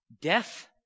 Death